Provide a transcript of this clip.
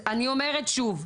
אני אומרת שוב: